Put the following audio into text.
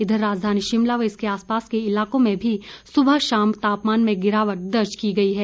इधर राजधानी शिमला व इसके आस पास के इलाकों में भी सुबह शाम तापमान में गिरावट दर्ज की गई है